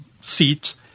seats